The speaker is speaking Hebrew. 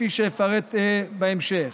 כפי שאפרט בהמשך: